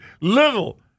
Little